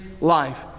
life